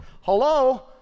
Hello